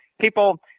people